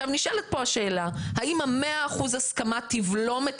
נשאלת כאן השאלה האם ה-100 אחוזים הסכמה תבלום את